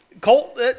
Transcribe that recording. Colt